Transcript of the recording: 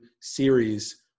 series